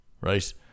right